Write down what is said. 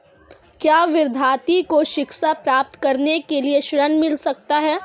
क्या विद्यार्थी को शिक्षा प्राप्त करने के लिए ऋण मिल सकता है?